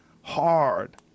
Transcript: hard